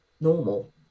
normal